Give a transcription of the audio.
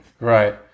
Right